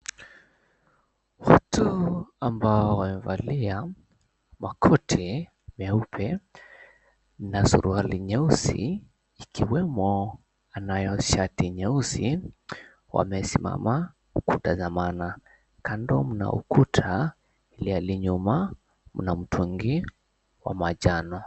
Watu ambao wamevalia makoti meupe na suruali nyeusi ikiwemo anayo shati nyeusi wamesimama ukuta za maana. Kando mna ukuta ilhali nyuma mna mtungi wa manjano.